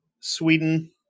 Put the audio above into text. Sweden